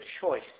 choice